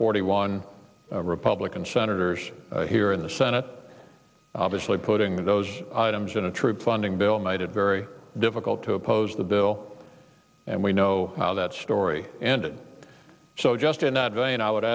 forty one republican senators here in the senate obviously putting those items in a troop funding bill made it very difficult to oppose the bill and we know how that story ended so just in that vein i would